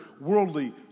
worldly